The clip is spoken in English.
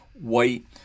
white